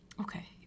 Okay